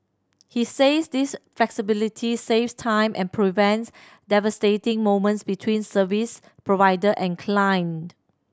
he says this flexibility saves time and prevents devastating moments between service provider and client